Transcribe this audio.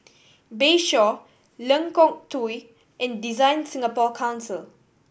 Bayshore Lengkong Tujuh and DesignSingapore Council